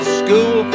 school